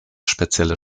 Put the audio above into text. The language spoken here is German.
spezielle